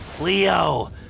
Leo